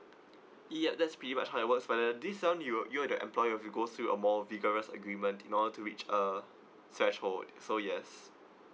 ya that's pretty much how it works but this one you you and your employer will go through a more vigorous agreement in order to reach uh such forward so yes